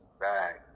back